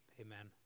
amen